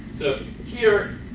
so here